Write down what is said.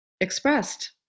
expressed